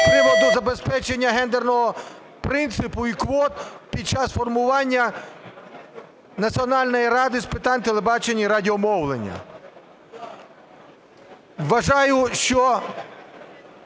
з приводу забезпечення гендерного принципу і квот під час формування Національної ради з питань телебачення і радіомовлення. Вважаю, що